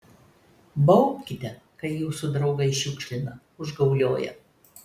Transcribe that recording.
baubkite kai jūsų draugai šiukšlina užgaulioja